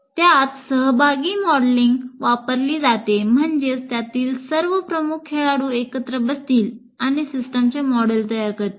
यात सहभागी मॉडेलिंग वापरली जाते म्हणजेच त्यामधील सर्व प्रमुख खेळाडू एकत्र बसतील आणि सिस्टमचे मॉडेल करतील